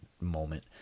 moment